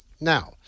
Now